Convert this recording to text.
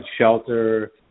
shelter